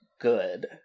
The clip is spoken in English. good